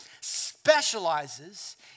specializes